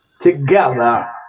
together